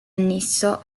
annesso